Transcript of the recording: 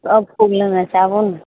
सब फूल लेनाइ छै आबू ने